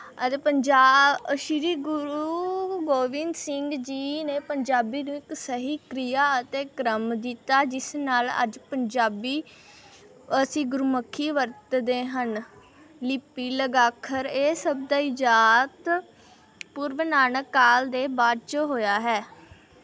ਅਤੇ ਸ਼੍ਰੀ ਗੁਰੂ ਗੋਬਿੰਦ ਸਿੰਘ ਜੀ ਨੇ ਪੰਜਾਬੀ ਨੂੰ ਇੱਕ ਸਹੀ ਕ੍ਰਿਆ ਅਤੇ ਕ੍ਰਮ ਦਿੱਤਾ ਜਿਸ ਨਾਲ ਅੱਜ ਪੰਜਾਬੀ ਅਸੀਂ ਗੁਰਮੁਖੀ ਵਰਤਦੇ ਹਨ ਲਿਪੀ ਲਗਾਖਰ ਇਹ ਸਭ ਦਾ ਇਜਾਤ ਪੂਰਵ ਨਾਨਕ ਕਾਲ ਦੇ ਬਾਅਦ 'ਚ ਹੋਇਆ ਹੈ